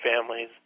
families